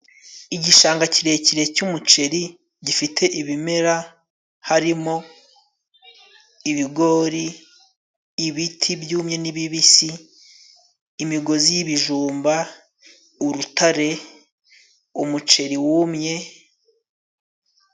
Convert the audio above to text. Igishanga kirekire cy'umuceri gifite ibimera harimo ibigori, ibiti byumye n'ibibisi, imigozi y'ibijumba, urutare, umuceri wumye.